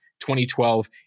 2012